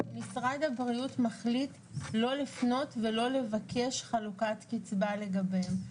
שמשרד הבריאות מחליט לא לפנות ולא לבקש חלוקת קצבה לגביהם.